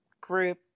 group